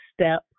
step